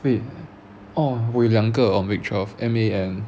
wait orh 我有两个 on week twelve M_A_N